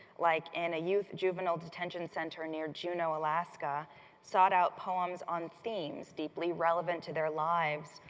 like in a youth juvenile detention center near juneau alaska sought out poems on themes deeply relevant to their lives,